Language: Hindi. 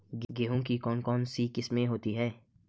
गेहूँ की कौन कौनसी किस्में होती है?